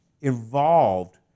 involved